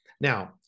Now